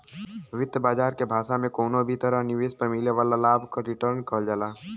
वित्त बाजार के भाषा में कउनो भी तरह निवेश पर मिले वाला लाभ क रीटर्न कहल जाला